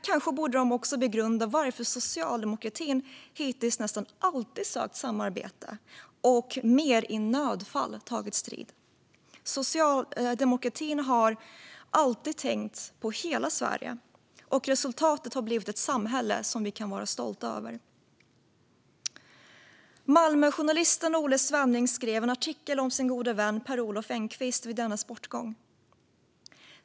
Kanske borde de begrunda varför socialdemokratin hittills nästan alltid sökt samarbete och mer i nödfall tagit strid. Socialdemokratin har alltid tänkt på hela Sverige. Resultatet har blivit ett samhälle som vi kan vara stolta över. Malmöjournalisten Olle Svenning skrev en artikel om sin gode vän Per Olov Enquist vid dennes bortgång.